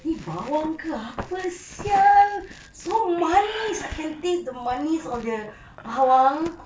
ni bawang ke apa [sial] so manis I can taste the manis of the bawang